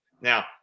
Now